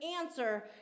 answer